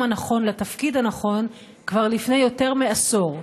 הנכון בתפקיד הנכון כבר לפני יותר מעשור.